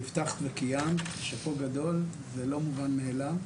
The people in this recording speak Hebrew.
הבטחת וקיימת, שאפו גדול, זה לא מובן מאליו.